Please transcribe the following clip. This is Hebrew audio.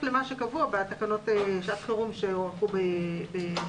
למה שקבוע בתקנות שעת חירום שהוארכו בחוק.